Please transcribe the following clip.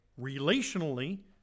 relationally